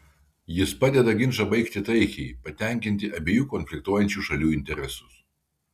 jis padeda ginčą baigti taikiai patenkinti abiejų konfliktuojančių šalių interesus